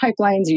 pipelines